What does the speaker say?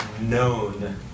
known